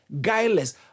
guileless